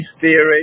theory